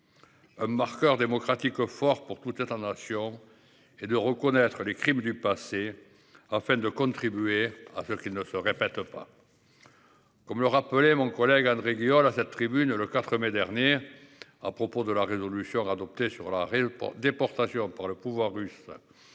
Un marqueur démocratique fort pour toute cette en action et de reconnaître les crimes du passé afin de contribuer à faire qu'il ne se répète pas. Comme le rappelait mon collègue André Guyaux là sa tribune le 4 mai dernier. À propos de la résolution adoptée sur la réelle pour déportation par le pouvoir russe.